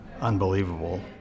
unbelievable